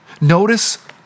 Notice